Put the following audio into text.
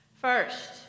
First